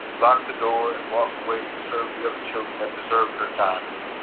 locked the door and walk away to serve the other children that deserved her time.